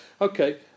Okay